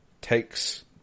takes